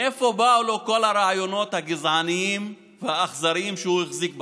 מאיפה באו לו כל הרעיונות הגזעניים והאכזריים שהוא החזיק בהם?